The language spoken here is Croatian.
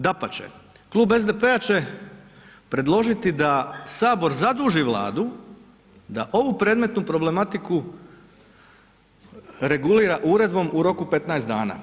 Dapače Klub SDP-a će predložiti da sabor zaduži vladu da ovu predmetnu problematiku regulira uredbom u roku 15 dana.